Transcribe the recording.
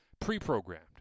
pre-programmed